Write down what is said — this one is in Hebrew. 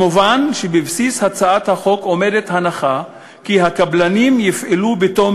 מובן שבבסיס הצעת החוק עומדת ההנחה כי הקבלנים יפעלו בתום